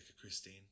christine